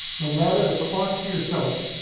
no matter the cost to yourself,